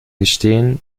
gestehen